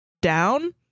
down